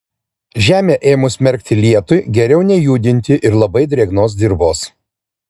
žemę ėmus merkti lietui geriau nejudinti ir labai drėgnos dirvos